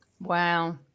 Wow